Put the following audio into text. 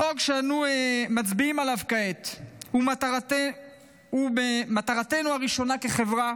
החוק שאנו מצביעים עליו כעת הוא מטרתנו הראשונה כחברה,